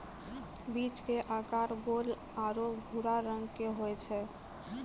बीज के आकार गोल आरो भूरा रंग के होय छै